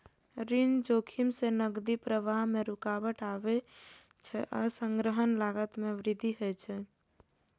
ऋण जोखिम सं नकदी प्रवाह मे रुकावट आबै छै आ संग्रहक लागत मे वृद्धि होइ छै